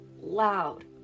loud